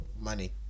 money